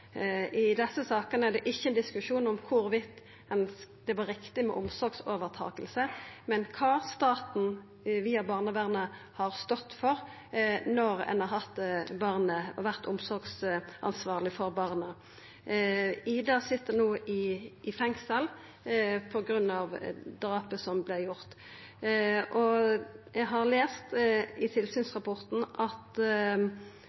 I desse sakene er det ikkje ein diskusjon om det var riktig med omsorgsovertaking eller ikkje, men kva staten via barnevernet har stått for når ein har vore omsorgsansvarleg for barnet. «Ida» sit no i fengsel på grunn av drapet som vart gjort. Eg har lese i